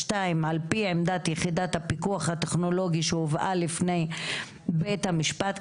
(2)על פי עמדת יחידת הפיקוח הטכנולוגי שהובאה לפני בית המשפט,